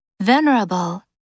Venerable